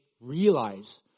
realize